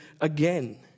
again